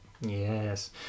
Yes